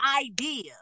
idea